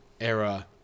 era